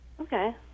Okay